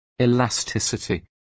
elasticity